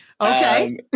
Okay